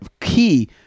key